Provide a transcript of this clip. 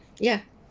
ya